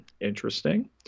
interesting